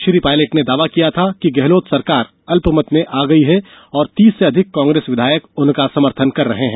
श्री पायलट ने दावा किया था कि गहलोत सरकार अल्पमत में आ गई है और तीस से अधिक कांग्रेस विधायक उनका समर्थन कर रहे हैं